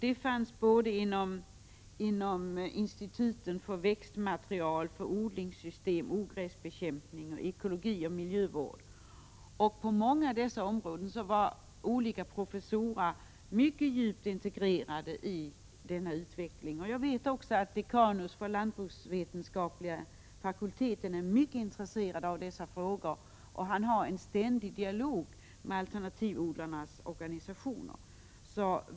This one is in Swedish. Det gällde både instituten för växtmaterial, odlingssystem, ogräsbekämpning, ekologi och miljövård. På många av dessa områden var olika professorer mycket djupt engagerade i utvecklingen. Jag vet också att dekanus inom den lantbruksvetenskapliga fakulteten är mycket intresserad av dessa frågor. Han för en ständig dialog med alternativodlarnas organisationer.